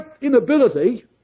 inability